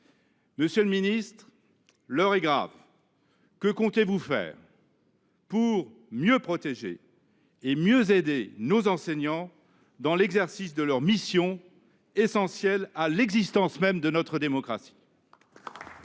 Monsieur le ministre, l’heure est grave. Que comptez vous faire pour mieux protéger et mieux aider nos enseignants dans l’exercice de leur mission, qui est essentielle à notre démocratie ?